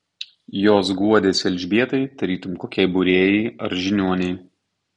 jos guodėsi elžbietai tarytum kokiai būrėjai ar žiniuonei